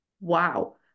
wow